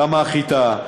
כמה חיטה,